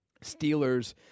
Steelers